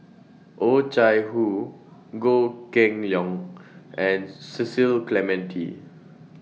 Oh Chai Hoo Goh Kheng Long and Cecil Clementi